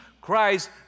Christ